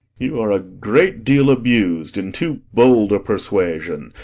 you are a great deal abus'd in too bold a persuasion,